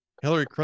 Hillary